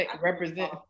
Represent